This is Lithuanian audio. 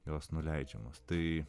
jos nuleidžiamas tai